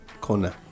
corner